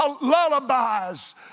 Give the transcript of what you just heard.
lullabies